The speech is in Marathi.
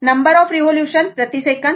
तर नंबर ऑफ रिवोल्यूशन प्रतिसेकंद